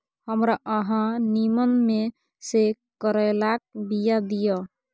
हमरा अहाँ नीमन में से करैलाक बीया दिय?